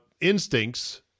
instincts